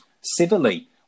civilly